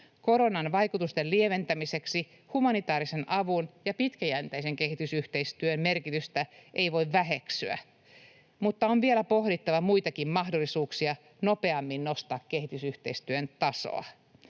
Koronan vaikutusten lieventämiseksi humanitaarisen avun ja pitkäjänteisen kehitysyhteistyön merkitystä ei voi väheksyä, mutta on vielä pohdittava muitakin mahdollisuuksia nostaa nopeammin kehitysyhteistyön tasoa.